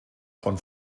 von